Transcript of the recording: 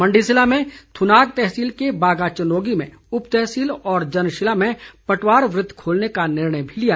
मंडी जिले में थुनाग तहसील के बागा चनोगी में उप तहसील और जनशिला में पटवार वृत खोलने का निर्णय भी लिया